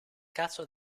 caso